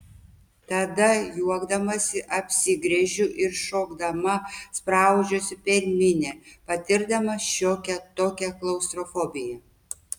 tada juokdamasi apsigręžiu ir šokdama spraudžiuosi per minią patirdama šiokią tokią klaustrofobiją